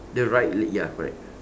the right leg ya correct